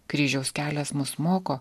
kryžiaus kelias mus moko